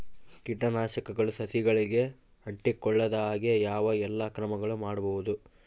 ಕೇಟನಾಶಕಗಳು ಸಸಿಗಳಿಗೆ ಅಂಟಿಕೊಳ್ಳದ ಹಾಗೆ ಯಾವ ಎಲ್ಲಾ ಕ್ರಮಗಳು ಮಾಡಬಹುದು?